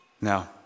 Now